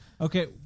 Okay